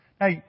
Now